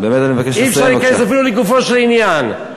אי-אפשר אפילו להיכנס לגופו של עניין.